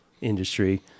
industry